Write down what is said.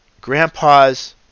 Grandpa's